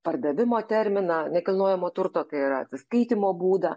pardavimo terminą nekilnojamo turto kai yra atsiskaitymo būdą